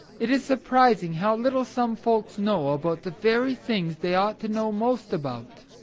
it is surprising how little some folks know about the very things they ought to know most about.